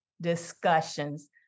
discussions